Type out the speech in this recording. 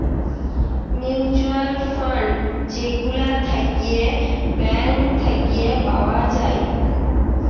mutual fund যে গুলা থাক্যে ব্যাঙ্ক থাক্যে পাওয়া যায়